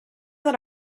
that